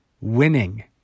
winning